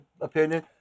opinion